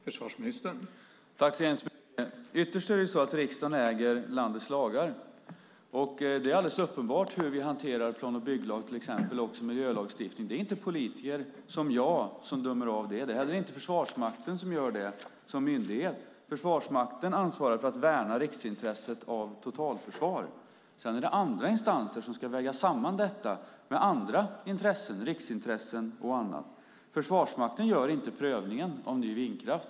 Herr talman! Ytterst äger riksdagen landets lagar. Det är alldeles uppenbart hur vi hanterar plan och bygglag till exempel och också miljölagstiftning. Det är inte politiker som jag som dömer av det. Det är heller inte Försvarsmakten som gör det, som myndighet. Försvarsmakten ansvarar för att värna riksintresset av totalförsvar. Sedan är det andra instanser som ska väga samman detta med andra intressen, riksintressen och annat. Försvarsmakten gör inte prövningen av ny vindkraft.